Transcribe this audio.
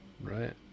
right